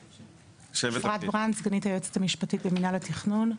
אפרת ברנד, סגנית היועצת המשפטית למינהל התכנון.